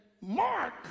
Mark